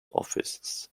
officers